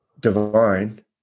divine